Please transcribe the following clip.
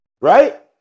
Right